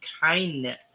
kindness